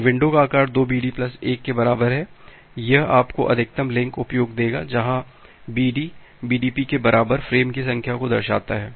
तो विंडो का आकार 2BD प्लस 1 के बराबर है यह आपको अधिकतम लिंक उपयोग देगा जहां BD BDP के बराबर फ्रेम की संख्या को दर्शाता है